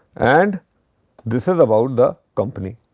and this is about the company.